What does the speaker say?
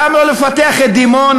למה לא לפתח את דימונה?